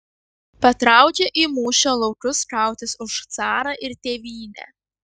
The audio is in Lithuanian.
patraukė į mūšio laukus kautis už carą ir tėvynę